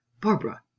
Barbara